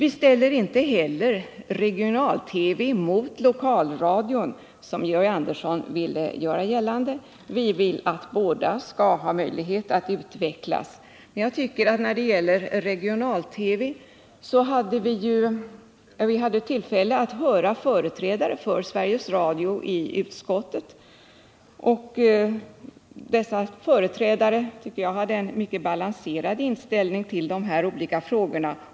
Inte heller ställer vi regional-TV mot lokalradion, som Georg Andersson ville göra gällande. Vi vill att båda skall kunna utvecklas. Vi hade i utskottet tillfälle att höra företrädare för Sveriges Radio, och dessa företrädare hade, enligt min mening, en mycket balanserad inställning till de olika frågorna.